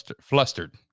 Flustered